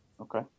Okay